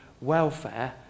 welfare